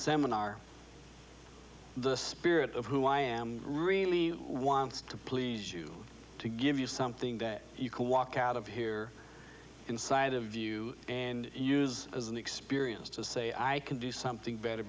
seminar the spirit of who i am really wants to please you to give you something that you can walk out of here inside of you and use as an experience to say i can do something better